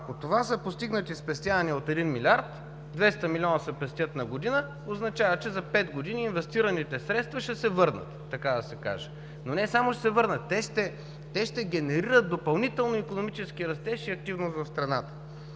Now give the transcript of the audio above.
Ако това са постигнати спестявания от един милиард, 200 милиона се пестят на година, означава че за пет години инвестираните средства ще се върнат, така да се каже. Но не само ще се върнат, те ще генерират допълнително икономически растеж и активност в страната.